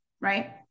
right